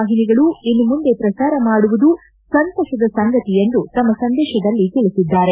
ವಾಹಿನಿಗಳು ಇನ್ನು ಮುಂದೆ ಪ್ರಸಾರ ಮಾಡುವುದು ಸಂತಸದ ಸಂಗತಿ ಎಂದು ತಮ್ನ ಸಂದೇಶದಲ್ಲಿ ತಿಳಿಸಿದ್ದಾರೆ